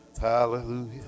Hallelujah